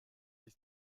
ist